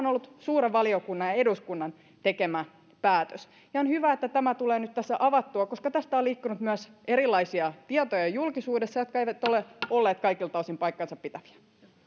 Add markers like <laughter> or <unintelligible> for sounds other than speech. <unintelligible> on ollut suuren valiokunnan ja eduskunnan tekemä päätös ja on hyvä että tämä tulee nyt tässä avattua koska tästä on myös liikkunut erilaisia tietoja julkisuudessa jotka eivät ole olleet kaikilta osin paikkansapitäviä